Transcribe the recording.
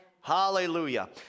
Hallelujah